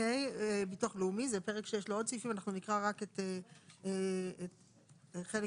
תיקון חוק